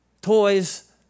Toys